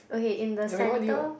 okay in the center